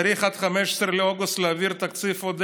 צריך עד 15 לאוגוסט להעביר תקציב ועוד